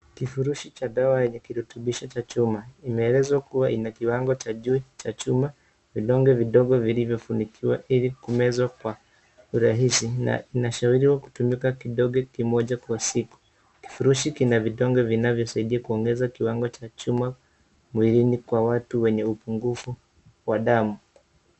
Kifurushi cha dawa yenye kirutubishi cha chuma. Imeelezwa kuwa ina kiwango cha juu cha chuma, vidonge vidogo vilivyofunikiwa ili kumezwa kwa urahisi. Na inashauriwa kutumika kidonge kimoja kwa siku. Kifushiki kina vidonge vinavyosaidia kuongeza kiwango cha chuma mwilini kwa watu wenye upungufu wa damu.